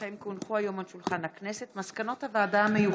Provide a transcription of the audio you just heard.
מסמכים שהונחו על שולחן הכנסת 4 מזכירת הכנסת